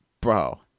bro